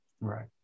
Right